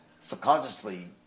subconsciously